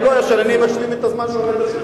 אם לא יאשר, אני משלים את הזמן שעומד לרשותי.